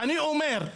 אני אומר,